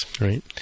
right